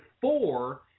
four